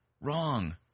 wrong